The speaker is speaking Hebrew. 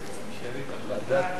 שר הבינוי והשיכון.